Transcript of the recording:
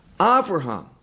Abraham